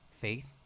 faith